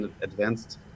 advanced